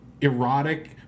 erotic